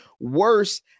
worse